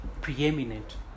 preeminent